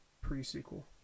pre-sequel